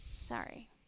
Sorry